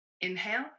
Inhale